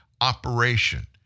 operation